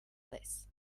this